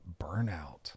burnout